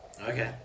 Okay